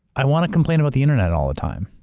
i wanna complain about the internet all the time.